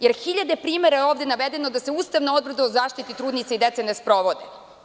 Jer, hiljade primera je ovde navedeno da se ustavne odredba o zaštiti trudnica i dece ne sprovode.